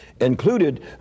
Included